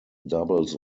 doubles